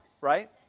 right